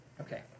Okay